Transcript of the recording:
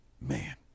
Man